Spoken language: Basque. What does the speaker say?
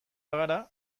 bagara